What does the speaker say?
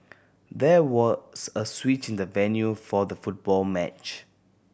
there was a switch in the venue for the football match